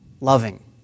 loving